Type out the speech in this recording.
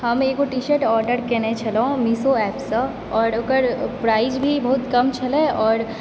हम एगो T shirt order कयने छलहुॅं मीशू एप्पसँ और ओकर प्राइज भी बहुत कम छलै आओर